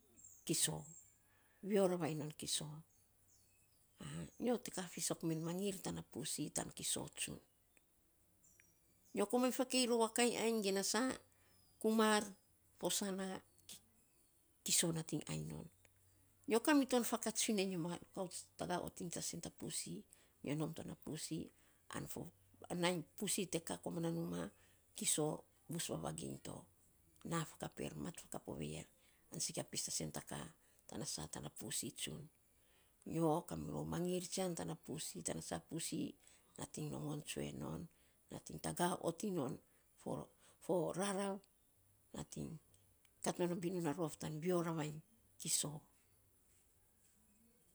Kiso vio ravainy non kiso nyo te ka fisok men mangir tana pussy tan kiso tsun. Nyo komain takei rou a kainy ainy ge na sa kumar fo sana, kiso nating ainy non. Nyo ka miton fakats finei nyo ma rukauts tago ot iny ta isen ta pussy nyo nom to ta pussy, nainy pussy te ka numa, kiso bus vavaginy to. Na fakap er, mat fakop over er, an sikia pis ta sen ta ka, tana sa, tana pussy tsun, nyo kamirou mangir tsian tana pussy, tana sa pussy nating nongon tsue non, nating taga ot iny non fo rarav, nating kat non a binun a rof tan vio ravainy kiso.